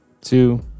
two